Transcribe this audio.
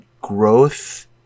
growth